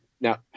now